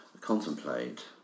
contemplate